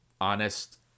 honest